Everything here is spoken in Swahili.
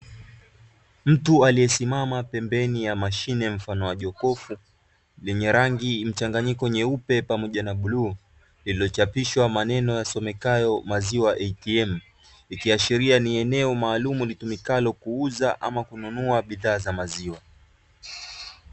Mtu aliyesimma pembeni ya mashine mfano wa jokofu, lenye rangi mchanganyiko nyeupe pamoja na bluu, lililochapishwa maneno yasomekayo "MAZIWA ATM", ikiashiria ni eneo maalumu litumikalo kuuza ama kununua bidhaa za maziwa.